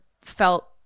felt